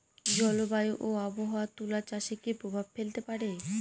জলবায়ু ও আবহাওয়া তুলা চাষে কি প্রভাব ফেলতে পারে?